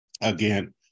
Again